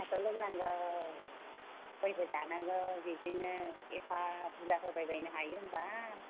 साहाखौ लोंनांगौ गयबो जानांगौ बेजोंनो एफा बुरजा होबायबायनो हायो होनबा